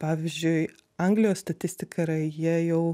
pavyzdžiui anglijos statistika yra jie jau